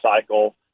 cycle